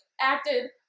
acted